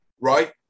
right